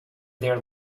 there